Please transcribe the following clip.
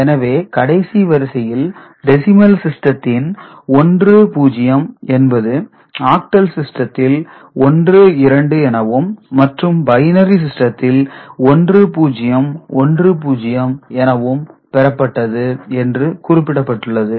எனவே கடைசி வரிசையில் டெசிமல் சிஸ்டத்தின் 10 என்பது ஆக்டல் சிஸ்டத்தில் 1 2 எனவும் மற்றும் பைனரி சிஸ்டத்தில் 1010 எனவும் பெறப்பட்டது என்று குறிப்பிடப்பட்டுள்ளது